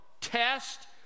Test